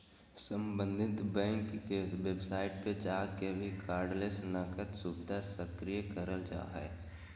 सम्बंधित बैंक के वेबसाइट पर जाके भी कार्डलेस नकद सुविधा सक्रिय करल जा हय